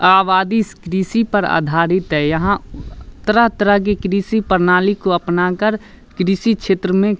आबादी इस कृषि पर आधारित है यहाँ तरह तरह की कृषि प्रणाली को अपनाकर कृषि क्षेत्र में